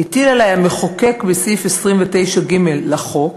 הטיל עלי המחוקק בסעיף 29(ג) לחוק